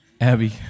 abby